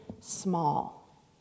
small